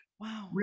Wow